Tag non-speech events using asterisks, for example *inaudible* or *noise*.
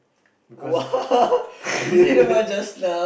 because *laughs*